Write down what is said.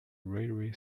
railway